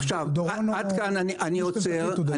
עד כאן, אני עוצר.